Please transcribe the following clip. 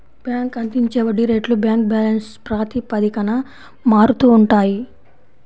bank అందించే వడ్డీ రేట్లు బ్యాంక్ బ్యాలెన్స్ ప్రాతిపదికన మారుతూ ఉంటాయి